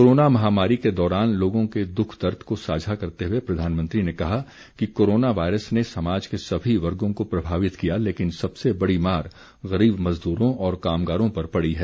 corona महामारी के दौरान लोगों के दुख दर्द को साझा करते हुए प्रधानमंत्री ने कहा कि कोरोना वायरस ने समाज के सभी वर्गों को प्रभावित किया लेकिन सबसे बड़ी मार गरीब मजदूरों और कामगारों पर पड़ी है